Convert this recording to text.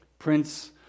Prince